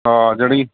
ਹਾਂ ਜਣੀ